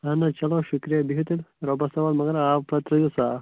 اہَن حظ چلو شُکریہ بِہِو تیٚلہِ رۄبَس حوال مگر آب پتہٕ ترٲے زیو صاف